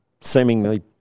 seemingly